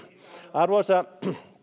arvoisa